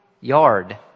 yard